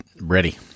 ready